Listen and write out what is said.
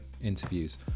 interviews